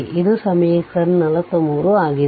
ಇದು ಸಮೀಕರಣ 43 ಆಗಿದೆ